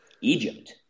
Egypt